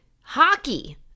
Hockey